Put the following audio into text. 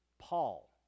Paul